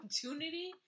opportunity